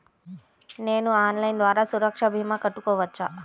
నేను ఆన్లైన్ ద్వారా సురక్ష భీమా కట్టుకోవచ్చా?